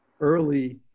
early